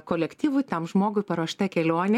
kolektyvui tam žmogui paruošta kelionė